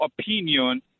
opinion